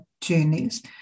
journeys